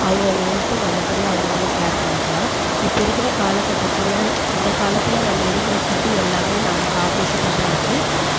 அவுங்கவங்க ஹெல்த்தை நல்லபடியாக அவுங்கவங்க கேர் பண்ணிக்கலாம் இப்போ இருக்கிற காலகட்டத்தில் இந்த காலத்தில் நம்ம எடுக்கிற ஃபுட்டு எல்லாமே நமக்கு ஆப்போஸிட்டாகதான் இருக்குது